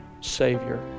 Savior